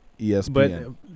ESPN